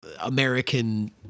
American –